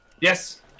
yes